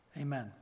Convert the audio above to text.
Amen